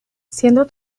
siendo